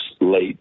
late